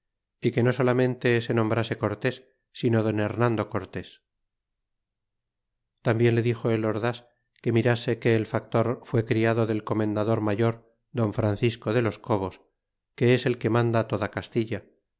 y que no solamente se nombrase cortés sino don hernando cortés tambien le dixo el ordas que mirase que el factorsfué criado del comendador mayor don francisco de los cobos que es el que manda toda castilla